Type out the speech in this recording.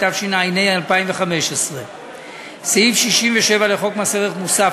התשע"ה 2015. סעיף 67 לחוק מס ערך מוסף,